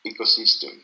ecosystem